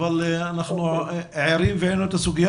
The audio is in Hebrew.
אבל אנחנו ערים לכך והעלינו את הסוגיה